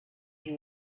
who